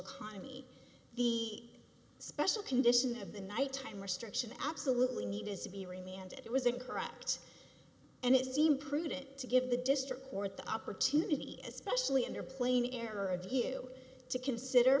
economy the special condition of the nighttime restriction absolutely needed to be re me and it was incorrect and it seemed prudent to give the district court the opportunity as specially in their plane the error of you to consider